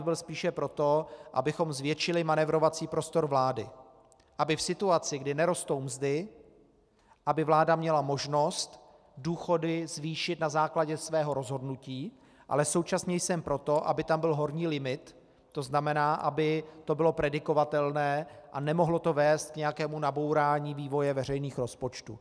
Byl bych spíše pro to, abychom zvětšili manévrovací prostor vlády, aby v situaci, kdy nerostou mzdy, měla vláda možnost důchody zvýšit na základě svého rozhodnutí, ale současně jsem pro to, aby tam byl horní limit, to znamená, aby to bylo predikovatelné a nemohlo to vést k nějakému nabourání vývoje veřejných rozpočtů.